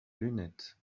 lunettes